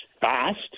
fast